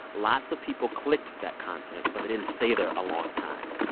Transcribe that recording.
lots of people clicked that content, but they didn't stay there a long time.